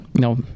No